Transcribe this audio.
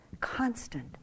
constant